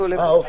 מי בעד?